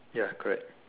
ya correct